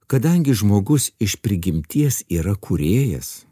kadangi žmogus iš prigimties yra kūrėjas